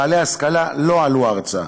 בעלי השכלה לא עלו ארצה".